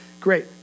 great